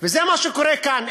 זה מה שקורה כאן.